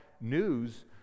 news